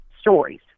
stories